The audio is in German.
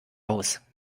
aus